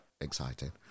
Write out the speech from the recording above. exciting